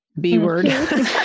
b-word